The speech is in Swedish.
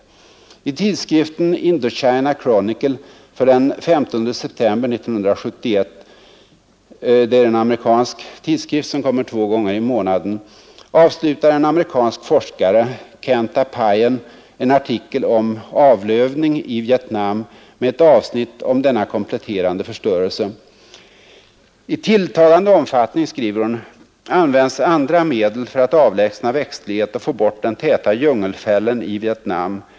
I tidskriften Indochina Chronicle för den 15 september 1971 — det är en amerikansk tidskrift som utkommer två gånger i månaden — avslutar en amerikansk forskare, Canta Pian, en artikel om ”avlövning i Vietnam” med ett avsnitt om denna kompletterande förstörelse: ”I tilltagande omfattning används andra medel för att avlägsna växtlighet och få bort den täta djungelfällen i Vietnam.